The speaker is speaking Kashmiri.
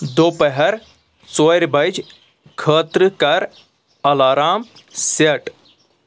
دُپہر ژورِ بجہِ خٲطرٕ کَر الارام سیٹ